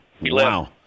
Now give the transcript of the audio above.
Wow